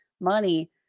money